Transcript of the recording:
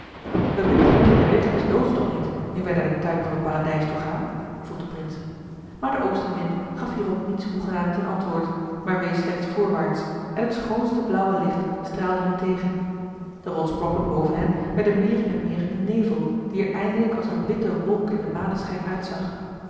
wij betreden den weg des doods toch niet nu wij naar den tuin van het paradijs toe gaan vroeg de prins maar de oostenwind gaf hierop niets hoegenaamd ten antwoord maar wees slechts voorwaarts en het schoonste blauwe licht straalde hun tegen de rotsblokken boven hen werden meer en meer een nevel die er eindelijk als een witte wolk in den maneschijn uitzag